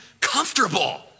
comfortable